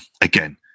Again